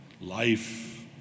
Life